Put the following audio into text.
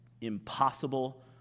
Impossible